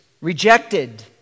rejected